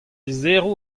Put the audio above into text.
lizheroù